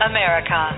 America